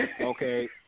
Okay